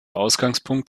ausgangspunkt